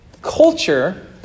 culture